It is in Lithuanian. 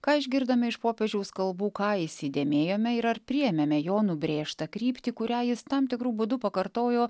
ką išgirdome iš popiežiaus kalbų ką įsidėmėjome ir ar priėmėme jo nubrėžtą kryptį kurią jis tam tikru būdu pakartojo